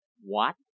What